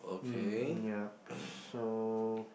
mm yup so